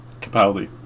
Capaldi